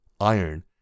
iron